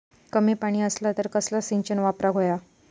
कमी पाणी असला तर कसला सिंचन वापराक होया?